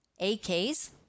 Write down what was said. aks